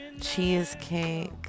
cheesecake